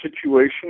situation